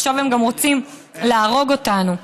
עכשיו הם גם רוצים להרוג אותנו.